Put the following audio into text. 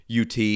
UT